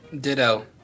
Ditto